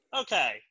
Okay